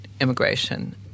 immigration